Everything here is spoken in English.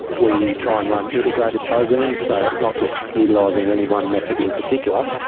we try and run integrated programs, so it's not just utilising any one method in particular,